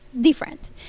different